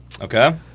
Okay